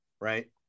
right